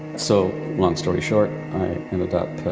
so long story short, i ended up,